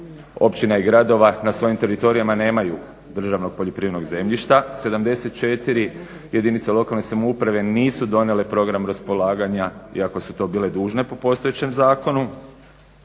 općina i gradova na svojim teritorijima nemaju državnog poljoprivrednog zemljišta, 74 jedinice lokalne samouprave nisu donijele Program raspolaganja iako su to bile dužne po postojećem zakonu,